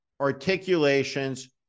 articulations